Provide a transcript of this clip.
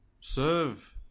serve